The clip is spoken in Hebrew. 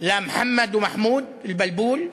מורל גבוה של מוחמד ומחמוד אל-בלבול,